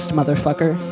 Motherfucker